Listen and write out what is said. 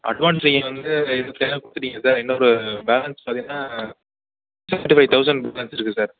advance நீங்கள் வந்து இருபத்தி அஞ்சாயிரம் கொடுத்துட்டீங்க சார் இன்னும் ஒரு பேலன்ஸ் பார்த்திங்கன்னா சவென்ட்டி ஃபை தௌசண்ட் பேலன்ஸ் இருக்குது சார்